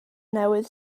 newydd